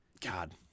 God